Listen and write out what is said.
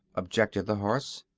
objected the horse.